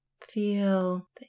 Feel